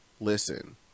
Listen